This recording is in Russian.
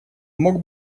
мог